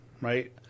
right